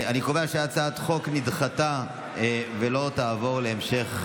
אני קובע כי הצעת החוק נדחתה ולא תעבור להמשך